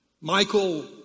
Michael